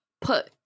put